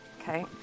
okay